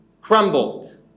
crumbled